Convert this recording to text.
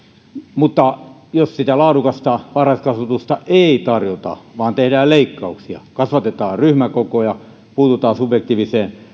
mutta jos sitä laadukasta varhaiskasvatusta ei tarjota vaan tehdään leikkauksia kasvatetaan ryhmäkokoja puututaan subjektiiviseen